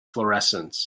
fluorescence